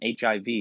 HIV